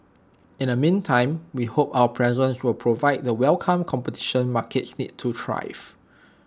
in the meantime we hope our presence will provide the welcome competition markets need to thrive